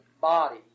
body